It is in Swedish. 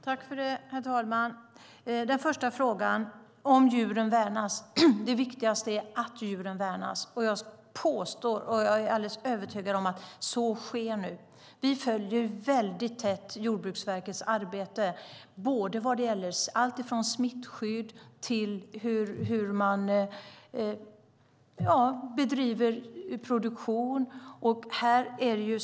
Herr talman! Den första frågan var om djuren värnas. Det viktigaste är att djuren värnas. Jag är helt övertygad om att så sker nu. Vi följer nära Jordbruksverkets arbete vad gäller alltifrån smittskydd till hur produktionen bedrivs.